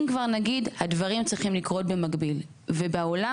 אם כבר נגיד הדברים צריכים לקרות במקביל ובעולם